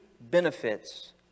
benefits